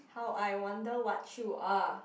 how I wonder what you are